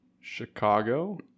Chicago